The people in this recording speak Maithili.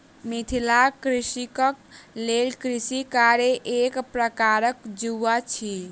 मिथिलाक कृषकक लेल कृषि कार्य एक प्रकारक जुआ अछि